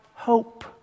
hope